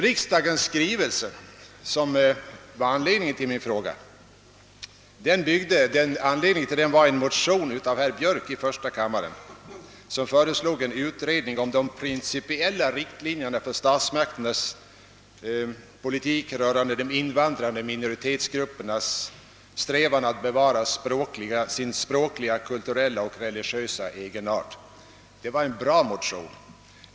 Riksdagens skrivelse, som var anledningen till min fråga, byggde på en motion av herr Björk i första kammaren, vari hemställdes om en utredning om de principiella riktlinjerna för statsmakternas politik rörande de invandrande minoritetsgruppernas strävan att bevara sin språkliga, kulturella och religiösa egenart. Det var en bra motion.